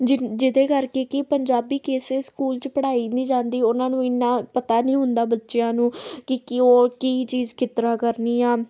ਜਿ ਜਿਹਦੇ ਕਰਕੇ ਕਿ ਪੰਜਾਬੀ ਕਿਸੇ ਸਕੂਲ 'ਚ ਪੜ੍ਹਾਈ ਨਹੀਂ ਜਾਂਦੀ ਉਹਨਾਂ ਨੂੰ ਇੰਨਾ ਪਤਾ ਨਹੀਂ ਹੁੰਦਾ ਬੱਚਿਆਂ ਨੂੰ ਕਿ ਕਿਉਂ ਕੀ ਚੀਜ਼ ਕਿਸ ਤਰ੍ਹਾਂ ਕਰਨੀ ਆ